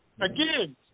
again